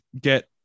get